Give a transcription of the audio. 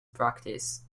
practice